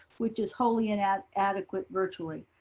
which is wholly inadequate virtually.